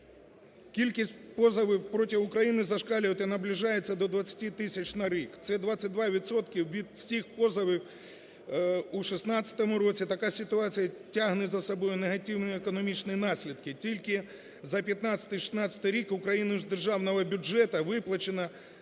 Кількість позовів проти України зашкалює та наближається до 20 тисяч на рік. Це 22 відсотки від усіх позовів у 2016 році. Така ситуація тягне за собою негативні економічні наслідки. Тільки за 2015-2016 рік Україною з державного бюджету виплачено за